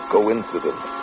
Coincidence